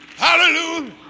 hallelujah